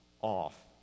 off